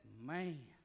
Man